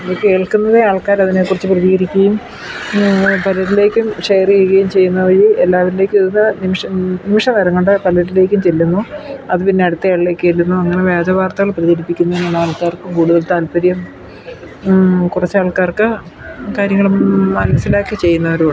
ഇത് കേൾക്കുന്നത് ആൾക്കാർ അതിനെ കുറിച്ചു പ്രതികരിക്കുകയും പലരിലേക്കും ഷെയർ ചെയ്യുകയും ചെയ്യുന്നത് വഴി എല്ലാവരിലേക്കും ഇത് നിമിഷം നിമിഷ നേരം കൊണ്ട് പലരിലേക്കും ചെല്ലുന്നു അത് പിന്നെ അടുത്ത ആളിലേക്ക് ചെല്ലുന്നു അങ്ങനെ വ്യാജ വാർത്തകൾ പ്രചരിപ്പിക്കുന്നു എന്നതാൾക്കാർക്കും കൂടുതൽ താൽപ്പര്യം ആ കുറച്ചു ആൾക്കാർക്ക് കാര്യങ്ങളും മനസ്സിലാക്കി ചെയ്യുന്നവരും ഉണ്ട്